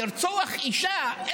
לרצוח אישה?